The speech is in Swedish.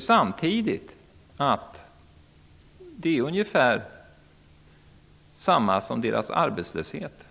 Samtidigt vet vi att siffran på ett ungefär motsvarar arbetslösheten.